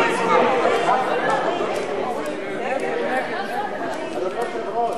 ההסתייגות של חברי הכנסת אורי אריאל